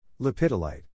Lipidolite